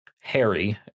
harry